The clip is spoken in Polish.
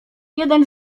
jeden